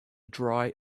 dry